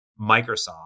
Microsoft